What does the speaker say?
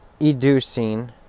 educing